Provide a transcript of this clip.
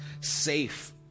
safe